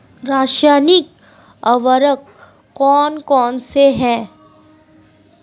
रासायनिक उर्वरक कौन कौनसे हैं?